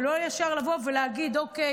ולא ישר לבוא ולהגיד: אוקיי,